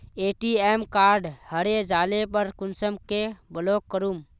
ATM card हरे जाले पर कुंसम के ब्लॉक करूम?